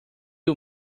you